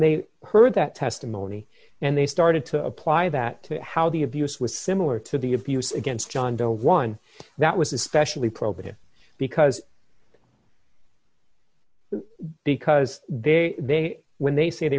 y heard that testimony and they started to apply that to how the abuse was similar to the abuse against john doe one that was especially probative because because they they when they say they